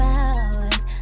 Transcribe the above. hours